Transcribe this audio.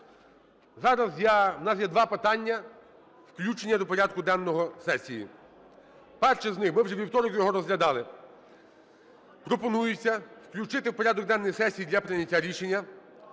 Зараз я… у нас є два питання включення до порядку денного сесії. Перше з них, ви вже у вівторок його розглядали: пропонується включити у порядок денний сесії для прийняття рішення